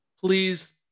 please